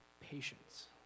patience